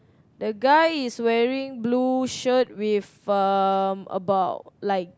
the guy is wearing blue shirt with um about like